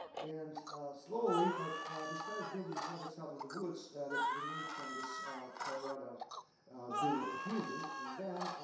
and slowly, like they started building projects out of the woods that remained from this colorado beetle epidemi. and then,